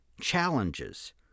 challenges